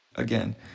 Again